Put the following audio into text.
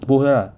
不会啊